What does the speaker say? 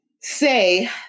say